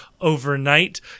overnight